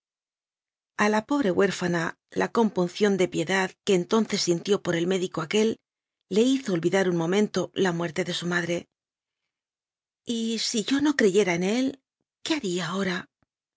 la pobre huérfana la compunción de pie dad que entonces sintió por el médico aquel le hizo olvidar un momento la muerte de su madre y si yo no creyera en él qué haría ahora